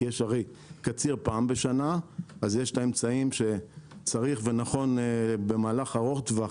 כי יש הרי קציר פעם בשנה אז יש את האמצעים שצריך ונכון במהלך ארוך טווח,